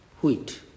wheat